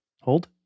Hold